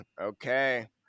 Okay